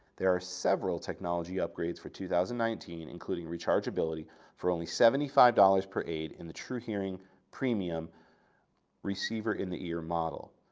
there are several technology upgrades for two thousand and nineteen including rechargeability for only seventy five dollars per aid and the truhearing premium receiver-in-the-ear model,